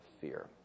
fear